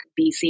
BC